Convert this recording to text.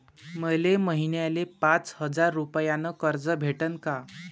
मले महिन्याले पाच हजार रुपयानं कर्ज भेटन का?